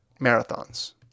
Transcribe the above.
marathons